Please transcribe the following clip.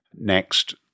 next